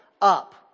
up